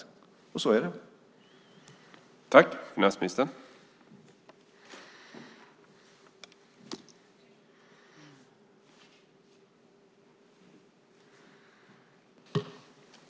Så är det.